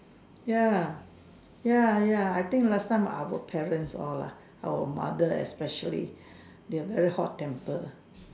ya ya ya I think last time our parents all lah our mother especially they are very hot temper